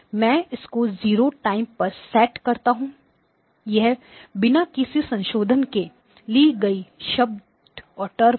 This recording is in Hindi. मैं इसको जीरो टाइम पर सेट करता हूं यह बिना किसी संशोधन के ली गई शब्द है